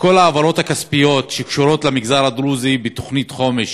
שכל ההעברות הכספיות שקשורות למגזר הדרוזי בתוכנית חומש